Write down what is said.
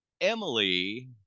Emily